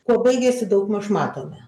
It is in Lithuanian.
kuo baigėsi daugmaž matome